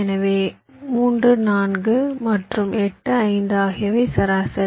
எனவே 3 4 மற்றும் 8 5 ஆகியவை சராசரி